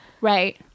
right